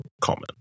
common